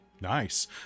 Nice